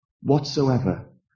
whatsoever